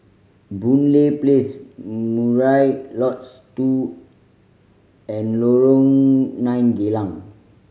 Boon Lay Place Murai Lodge twoand Lorong Nine Geylang